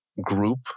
group